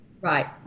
Right